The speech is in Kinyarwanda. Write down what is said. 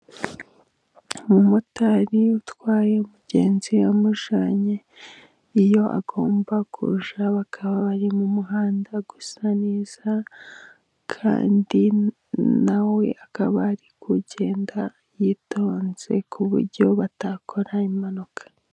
Umumotari utwaye umugenzi amujyanye iyo agomba kujya, bakaba bari mu muhanda usa neza, kandi na we akaba ari kugenda yitonze ku buryo batakora impanuka.